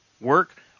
work